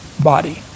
body